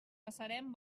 passarem